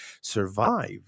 survive